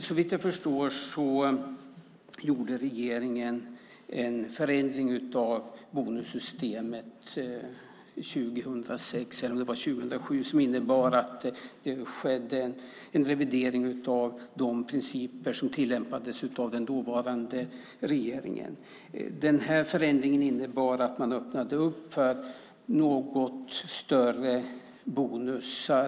Såvitt jag förstår gjorde regeringen en förändring av bonussystemet 2006, eller om det var 2007, som innebar att det skedde en revidering av de principer som tillämpades av den dåvarande regeringen. Förändringen innebar att man öppnade för något större bonusar.